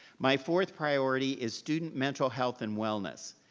my fourth priority is student mental health and wellness.